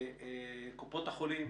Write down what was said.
סבב בקופות החולים,